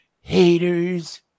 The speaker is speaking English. haters